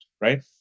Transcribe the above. right